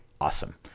Awesome